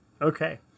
Okay